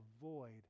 avoid